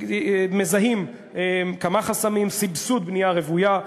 מזהים כמה חסמים: סבסוד בנייה רוויה,